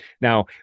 Now